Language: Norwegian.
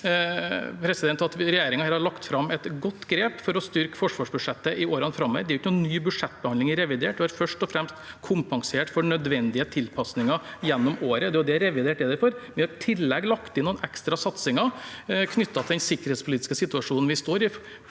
at regjeringen her har lagt fram et godt grep for å styrke forsvarsbudsjettet i årene framover. Det er ikke noen ny budsjettbehandling i revidert, vi har først og fremst kompensert for nødvendige tilpasninger gjennom året. Det er jo det revidert er der for. Som jeg sa, har vi i tillegg lagt inn noen ekstra satsinger bl.a. knyttet til den sikkerhetspolitiske situasjonen vi står i,